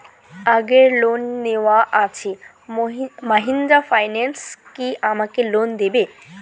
আগের লোন নেওয়া আছে মাহিন্দ্রা ফাইন্যান্স কি আমাকে লোন দেবে?